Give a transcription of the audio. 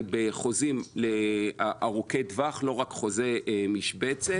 בחוזים ארוכי טווח; לא רק בחוזה משבצת.